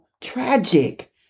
tragic